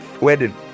wedding